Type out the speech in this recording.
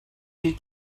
bir